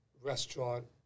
restaurant